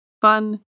fun